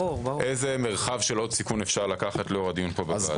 איזה מרחב של עוד סיכון אפשר לקחת לאור הדיון פה בוועדה.